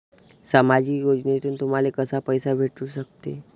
सामाजिक योजनेतून तुम्हाले कसा पैसा भेटू सकते?